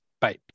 Bye